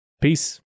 Peace